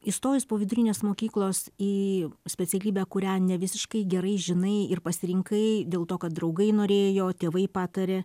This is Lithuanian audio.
įstojus po vidurinės mokyklos į specialybę kurią ne visiškai gerai žinai ir pasirinkai dėl to kad draugai norėjo tėvai patarė